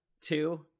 two